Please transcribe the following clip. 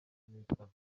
kumwitaho